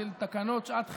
של תקנות שעת חירום.